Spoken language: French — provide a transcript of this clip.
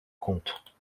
compte